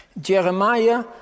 Jeremiah